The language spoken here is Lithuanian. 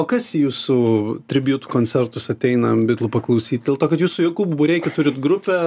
o kas jūsų tribute koncertus ateina bitlų paklausyt dėl to kad jūs su jokūbu bareikiu turit grupę